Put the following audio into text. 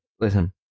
listen